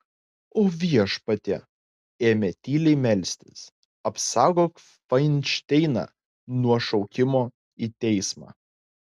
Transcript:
o viešpatie ėmė tyliai melstis apsaugok fainšteiną nuo šaukimo į teismą